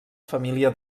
família